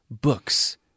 Books